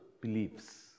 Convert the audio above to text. beliefs